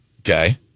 Okay